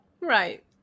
Right